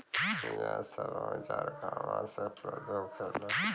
यह सब औजार कहवा से उपलब्ध होखेला?